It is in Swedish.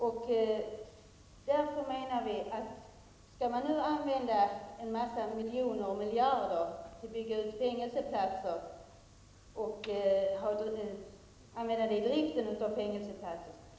Avsikten är nu att använda en massa miljoner och miljarder till att bygga ut fängelserna och för drift av fängelseplatser.